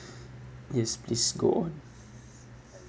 yes please go on